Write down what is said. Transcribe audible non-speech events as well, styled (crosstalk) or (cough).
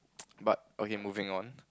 (noise) but okay moving on